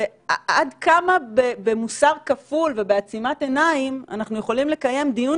עד כמה במוסר כפול ובעצימת עיניים אנחנו יכולים לקיים דיון